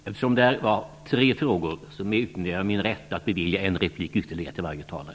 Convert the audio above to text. Eftersom tre frågor har besvarats i ett sammanhang, utnyttjar jag min rätt att bevilja en replik ytterligare till vardera talare.